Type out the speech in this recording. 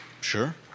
Sure